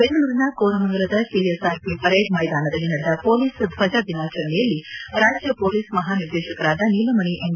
ಬೆಂಗಳೂರಿನ ಕೋರಮಂಗಲದ KS RP parade ಮೈದಾನದಲ್ಲಿ ನಡೆದ ಪೊಲೀಸ್ ದ್ವಜ ದಿನಾಚರಣೆಯಲ್ಲಿ ರಾಜ್ಯ ಪೊಲೀಸ್ ಮಹಾನಿರ್ದೇಶಕರಾದ ನೀಲಮಣಿ ಎನ್